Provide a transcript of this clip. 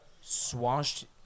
swashed